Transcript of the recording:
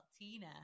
Tina